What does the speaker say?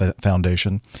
foundation